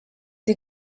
sie